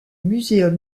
muséum